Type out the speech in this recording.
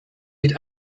mit